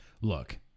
look